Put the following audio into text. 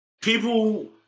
people